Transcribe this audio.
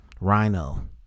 rhino